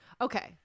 Okay